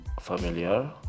familiar